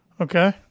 Okay